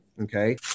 Okay